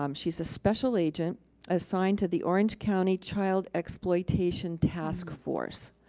um she's a special agent assigned to the orange county child exploitation task force.